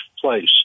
place